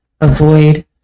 avoid